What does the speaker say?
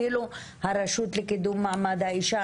אפילו הרשות לקידום מעמד האישה,